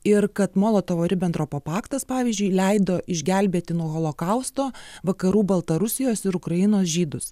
ir kad molotovo ribentropo paktas pavyzdžiui leido išgelbėti nuo holokausto vakarų baltarusijos ir ukrainos žydus